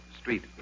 Street